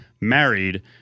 married